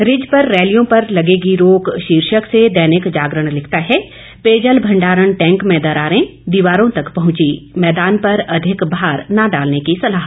ridge पर रैलियों पर लगेगी रोक शीर्षक से दैनिक जागरण लिखता है पेयजल भंडारण टैंक में दरारें दीवारों तक पहुंची मैदान पर अधिक भार न डालने की सलाह